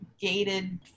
gated